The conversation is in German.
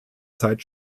zeit